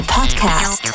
podcast